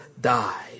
died